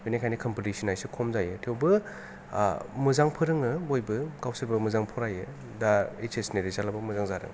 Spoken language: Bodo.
बेनिखायनो कम्फिथिसनआ एसे खम जायो थेउबो मोजां फोरोङो बयबो गावसोरबो मोजां फरायो दा ओइस एस नि रिजाल्ट आबो मोजां जादों